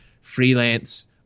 freelance